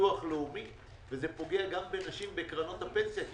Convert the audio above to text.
בביטוח לאומי וגם בנשים בקרנות הפנסיה,